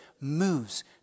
moves